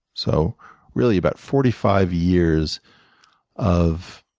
so really about forty five years of